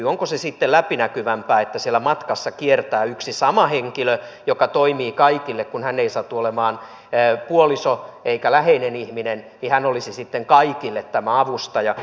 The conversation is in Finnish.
onko se sitten läpinäkyvämpää että siellä matkassa kiertää yksi sama henkilö joka toimii kaikille kun hän ei satu olemaan puoliso eikä läheinen ihminen pian olisi siten kaikille oma avustajana